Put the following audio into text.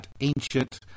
Ancient